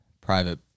private